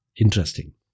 interesting